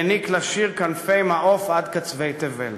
העניק לשיר כנפי מעוף עד קצווי תבל.